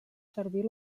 servir